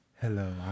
hello